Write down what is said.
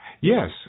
Yes